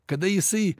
kada jisai